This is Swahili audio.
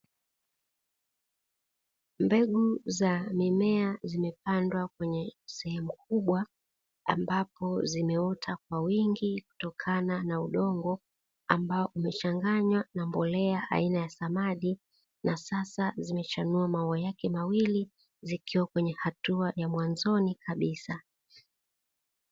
Mbegu za mimea zimepandwa kwenye sehemu kubwa, ambapo zimeota kwa wingi kutokana na udongo ambao umechanganywa na mbolea aina ya samadi, na sasa zimechanua maua yake mawili zikiwa kwenye hatua ya mwanzoni kabisa.